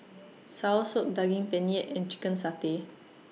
Soursop Daging Penyet and Chicken Satay